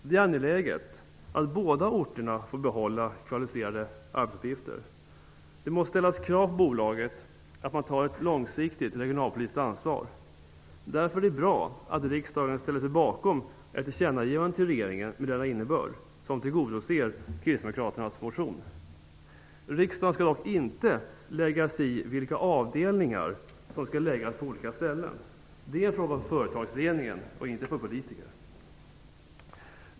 Det är angeläget att båda orterna får behålla kvalificerade arbetsuppgifter. Det måste ställas krav på att bolaget tar ett långsiktigt regionalpolitiskt ansvar. Därför är det bra att riksdagen ställer sig bakom ett tillkännagivande till regeringen med denna innebörd, som tillgodoser kristdemokraternas motion. Riksdagen skall dock inte lägga sig i vilka avdelningar som skall läggas på olika ställen. Det är en fråga för företagsledningen och inte för politikerna.